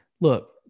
look